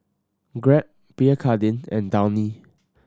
grab Pierre Cardin and Downy